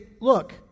look